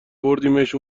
بردیمش